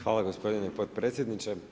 Hvala gospodine potpredsjedniče.